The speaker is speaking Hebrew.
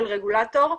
של רגולטור.